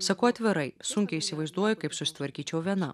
sakau atvirai sunkiai įsivaizduoju kaip susitvarkyčiau viena